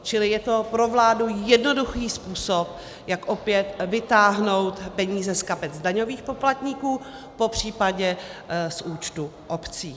Čili je to pro vládu jednoduchý způsob, jak opět vytáhnout peníze z kapes daňových poplatníků, popřípadě z účtů obcí.